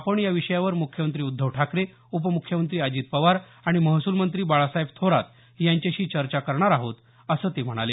आपण या विषयावर मुख्यमंत्री उद्धव ठाकरे उपमुख्यमंत्री अजित पवार आणि महसूल मंत्री बाळासाहेब थोरात यांच्याशी चर्चा करणार आहोत असं त्यांनी सांगितलं